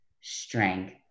strength